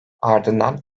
ardından